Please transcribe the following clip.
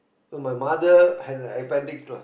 so my mother has an advantage lah